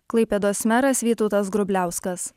klaipėdos meras vytautas grubliauskas